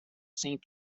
saint